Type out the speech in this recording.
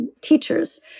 teachers